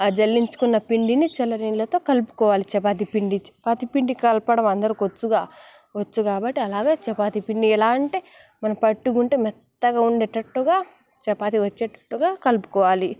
ఆ జల్లించుకున్న పిండిని చల్ల నీళ్ళతో కలుపుకోవాలి చపాతి పిండి చపాతి పిండి కలపడం అందరికీ వచ్చుగా వచ్చు కాబట్టి అలాగా చపాతి పిండిని ఎలాగంటే మనం పట్టుకుంటే మెత్తగా ఉండేటట్టుగా చపాతి వచ్చేటట్టుగా కలుపుకోవాలి